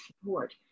support